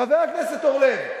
חבר הכנסת אורלב,